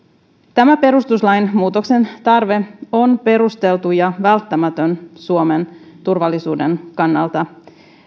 tämän perustuslain muutoksen tarve on perusteltu ja välttämätön suomen turvallisuuden kannalta